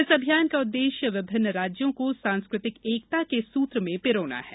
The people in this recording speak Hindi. इस अभियान का उददेश्य विभिन्न राज्यों को सांस्कृतिक एकता के सूत्र में पिरोना है